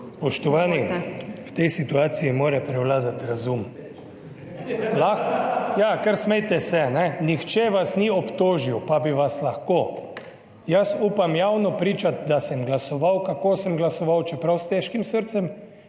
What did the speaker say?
Spoštovani, v tej situaciji mora prevladati razum. / smeh v dvorani/ Ja, kar smejte se. Nihče vas ni obtožil, pa bi vas lahko. Jaz upam javno pričati, da sem glasoval, kakor sem glasoval, čeprav s težkim srcem.